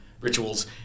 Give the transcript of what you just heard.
rituals